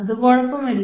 അത് കുഴപ്പമില്ല